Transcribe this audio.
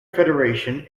federation